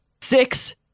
Six